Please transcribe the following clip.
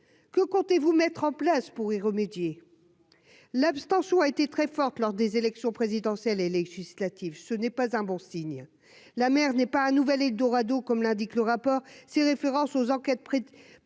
que comptez-vous mettre en place pour y remédier, l'abstention a été très forte lors des élections présidentielles et législatives, ce n'est pas un bon signe, la mer n'est pas un nouvel eldorado, comme l'indique le rapport, ces références aux enquêtes prédatrice